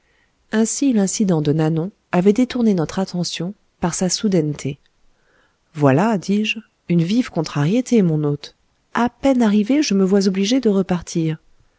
ainsi l'incident de nanon avait détourné notre attention par sa soudaineté voilà dis-je une vive contrariété mon hôte à peine arrivé je me vois obligé de repartir